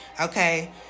Okay